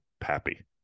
pappy